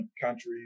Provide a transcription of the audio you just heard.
countries